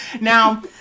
Now